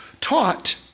taught